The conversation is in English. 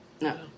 no